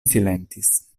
silentis